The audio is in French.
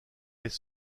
les